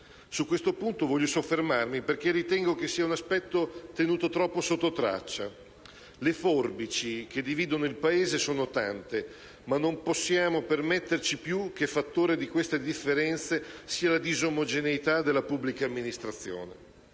Su questo punto voglio soffermarmi, perché lo ritengo un aspetto tenuto troppo sotto traccia. Le forbici che dividono il Paese sono tante, ma non possiamo permetterci più che fattore di queste differenze sia la disomogeneità della pubblica amministrazione.